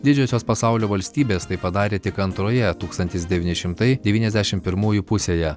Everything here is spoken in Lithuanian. didžiosios pasaulio valstybės tai padarė tik antroje tūkstantis devyni šimtai devyniasdešimt pirmųjų pusėje